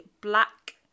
black